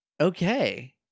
Okay